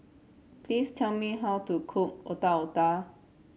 please tell me how to cook Otak Otak